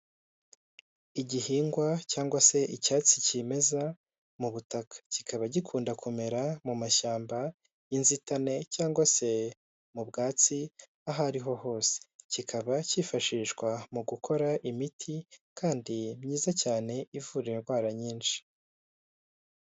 Igihingwa cyangwa se icyatsi kimeza mu butaka kikaba gikunda kumera mu mashyamba y'inzitane cyangwa se mu bwatsi aho ariho hose, kikaba cyifashishwa mu gukora imiti kandi myiza cyane ivura indwara nyinshi.